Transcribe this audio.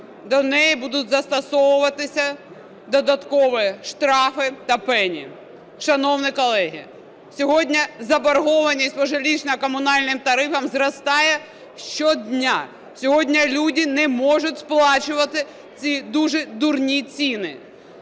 до неї будуть застосовуватися додаткові штрафи та пені. Шановні колеги, сьогодні заборгованість по житлово-комунальним тарифам зростає щодня. Сьогодні люди не можуть сплачувати ці дуже дурні ціни.